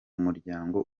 muryango